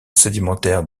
sédimentaire